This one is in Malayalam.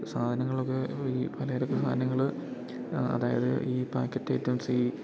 സാധനങ്ങളൊക്കെ ഈ പലചരക്ക് സാധനങ്ങള് അതായത് ഈ പാക്കറ്റ് ഐറ്റംസ് ഈ